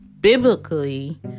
biblically